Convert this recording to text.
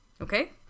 okay